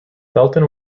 felton